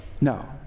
No